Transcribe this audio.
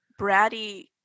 bratty